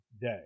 Day